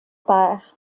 père